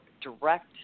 direct